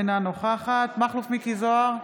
אינה נוכחת מכלוף מיקי זוהר,